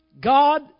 God